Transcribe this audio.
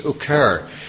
occur